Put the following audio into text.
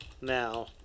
Now